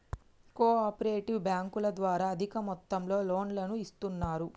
co operative బ్యాంకుల ద్వారా అధిక మొత్తంలో లోన్లను ఇస్తున్నరు